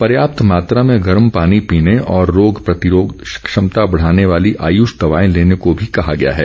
पर्याप्त मात्रा में गर्म पानी पीने और रोग प्रतिरोग क्षमता बढ़ाने वाली आयुष दवाए लेने को भी कहा गया है